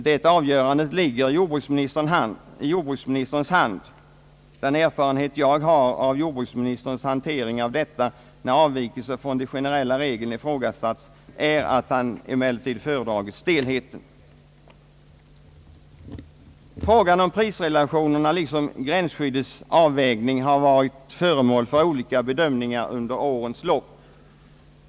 Det avgörandet ligger i jordbruksministerns hand, och den erfarenhet jag har av jordbruksministerns åtgärder när avvikelser från de generella reglerna ifrågasatts är att han föredragit stelheten. Frågan om prisrelationerna liksom gränsskyddets avvägning har varit föremål för olika bedömningar under årens lopp.